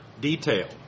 detail